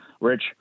Rich